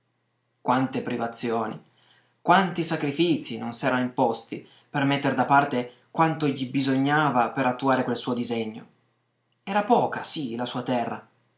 quante privazioni quanti sacrifizii non s'era imposti per metter da parte quanto gli bisognava per attuare quel suo disegno era poca sì la sua terra